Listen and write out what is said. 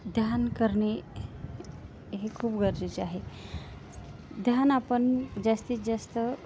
ध्यान करणे हे खूप गरजेचे आहे ध्यान आपण जास्तीत जास्त